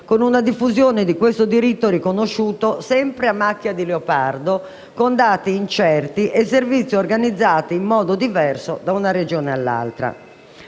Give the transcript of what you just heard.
con una diffusione del diritto riconosciuto sempre a macchia di leopardo, con dati incerti e servizi organizzati in modo diverso da una Regione all'altra.